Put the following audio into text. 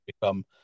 become